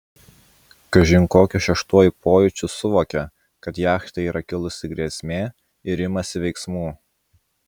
kažin kokiu šeštuoju pojūčiu suvokia kad jachtai yra kilusi grėsmė ir imasi veiksmų